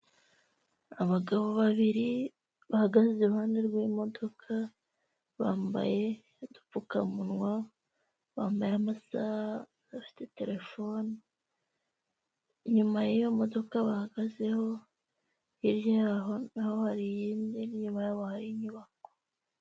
Abagabo babiri bahagaze iruhande rw'imodoka, bambaye udupfukamunwa, bambara amasaha, bafite terefone, inyuma y'iyo modoka bahagazeho hirya y'aho na ho hari iyindi n'inyuma yabo hari inyubako.